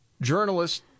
journalists